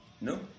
No